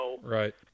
Right